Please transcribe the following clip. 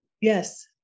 Yes